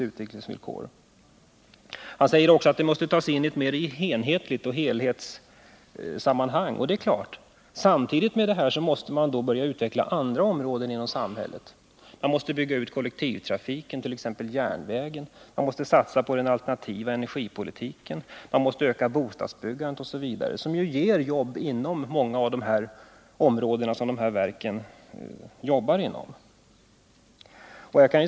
Industriministern säger också att den här frågan måste tas in i ett mer enhetligt sammanhang. Ja, det är klart. Samtidigt med stålproduktionen måste man då börja utveckla andra områden inom samhället — man måste bygga ut kollektivtrafiken, t.ex. järnvägen, man måste satsa på den alternativa energipolitiken, man måste öka bostadsbyggandet osv. — som ju ger jobb inom många av de områden där de här verken finns.